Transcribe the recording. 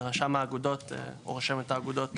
לרשם האגודות או רשמת האגודות.